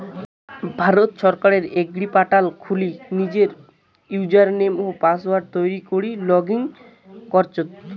ভারত সরকারের এগ্রিপোর্টাল খুলি নিজের ইউজারনেম ও পাসওয়ার্ড তৈরী করি লগ ইন করচত